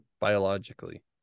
biologically